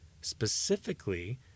Specifically